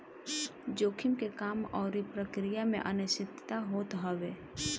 जोखिम के काम अउरी प्रक्रिया में अनिश्चितता होत हवे